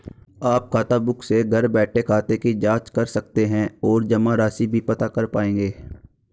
आप खाताबुक से घर बैठे खाते की जांच कर सकते हैं और जमा राशि भी पता कर पाएंगे